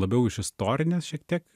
labiau iš istorinės šiek tiek